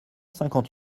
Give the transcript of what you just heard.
cinquante